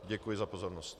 Děkuji za pozornost.